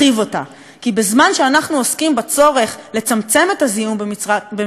כי בזמן שאנחנו עוסקים בצורך לצמצם את הזיהום במפרץ חיפה,